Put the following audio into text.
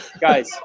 guys